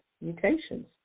mutations